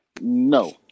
no